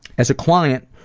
as a client,